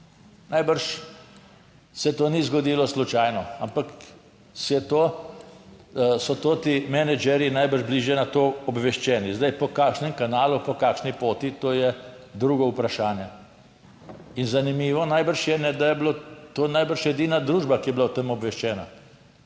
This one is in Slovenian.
Najbrž se to ni zgodilo slučajno, ampak so ti menedžerji najbrž bili že na to obveščeni. Zdaj, po kakšnem kanalu, po kakšni poti, to je drugo vprašanje. In zanimivo najbrž je, da je bilo to najbrž edina družba, ki je bila o tem obveščena.